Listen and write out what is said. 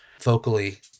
vocally